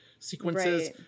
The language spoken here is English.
Sequences